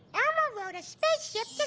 elmo rode a spaceship